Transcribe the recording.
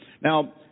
Now